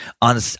On